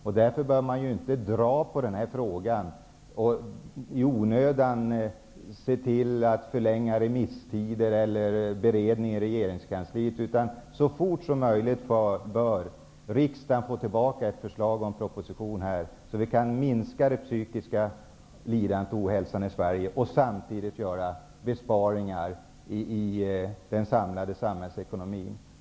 Man bör därför inte dra ut på det hela i onödan, se till att förlänga remisstider eller beredningen i regeringskansliet, utan riksdagen bör så fort som möjligt få ett förslag i en proposition. Då kan vi minska det psykiska lidandet och ohälsan i Sverige och samtidigt göra besparingar i den samlade samhällsekonomin.